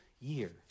year